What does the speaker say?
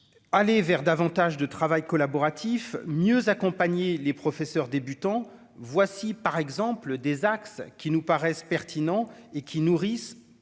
Aller vers davantage de travail collaboratif mieux accompagner les professeurs débutants voici par exemple des axes qui nous paraissent pertinents et qui nourrissent